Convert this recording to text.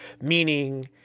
meaning